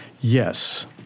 Yes